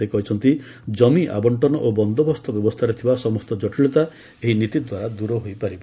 ସେ କହିଛନ୍ତି କମି ଆବଶ୍ଚନ ଓ ବନ୍ଦୋବସ୍ତ ବ୍ୟବସ୍ଥାରେ ଥିବା ସମସ୍ତ ଜଟିଳତା ଏହି ନୀତି ଦ୍ୱାରା ଦୂର ହୋଇପାରିବ